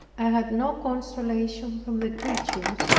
i had no consolation from the creatures.